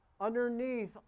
underneath